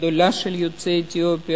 הגדולה של יוצאי אתיופיה,